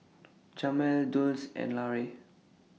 Jamel Dulce and Larae